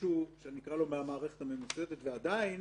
למישהו שנקרא "מהמערכת הממוסדת", ועדיין